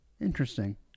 Interesting